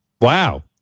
Wow